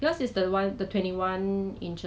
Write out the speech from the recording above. I think you insta story